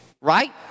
Right